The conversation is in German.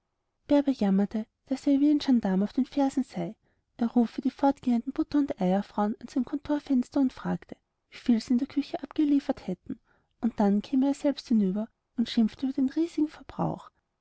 daß er ihr wie ein gendarm auf den fersen sei er rufe die fortgehenden butter und eierfrauen an sein kontorfenster und frage wie viel sie in der küche abgeliefert hätten und dann käme er selbst hinüber und schimpfe über den riesigen verbrauch